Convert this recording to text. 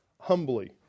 humbly